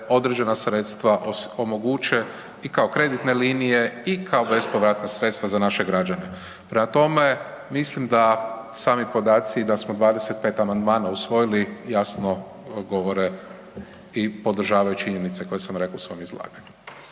određena sredstva omoguće i kao kreditne linije i kao bespovratna sredstva za naše građane. Prema tome, mislim da sami podaci da smo 25 amandmana usvojili jasno govore i podržavaju činjenice koje sa reko u svom izlaganju.